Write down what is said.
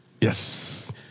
Yes